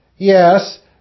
Yes